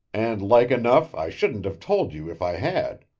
and like enough i shouldn't have told you if i had.